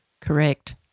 Correct